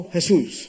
Jesus